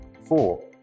four